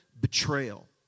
betrayal